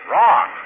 Wrong